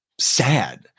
sad